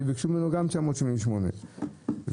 ביקשו ממנו עוד 987 שקלים.